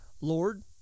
Lord